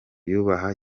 yubaha